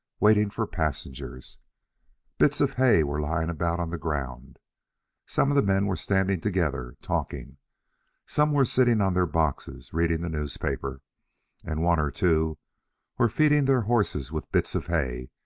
waiting for passengers bits of hay were lying about on the ground some of the men were standing together talking some were sitting on their boxes reading the newspaper and one or two were feeding their horses with bits of hay,